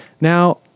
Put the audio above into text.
Now